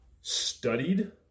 studied